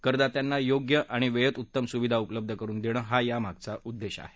करदात्यांना योग्य आणि वेळेत उत्तम सुविधा उपलब्ध करून देणे हा यामागील उद्देश आहे